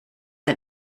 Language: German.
ein